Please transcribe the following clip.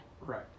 Right